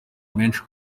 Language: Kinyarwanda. menshi